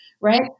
right